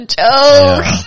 joke